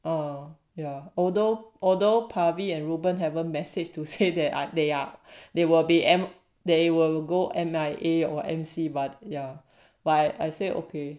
oh yeah although although pabi and reuben haven't message to say they are they are they will be them they will go M_I_A or M_C but yeah but I say okay